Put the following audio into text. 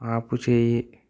ఆపుచేయి